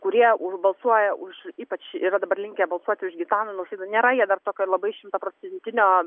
kurie balsuoja už ypač yra dabar linkę balsuoti už gitaną nausėdą nėra jie dar tokio labai šimtaprocentinio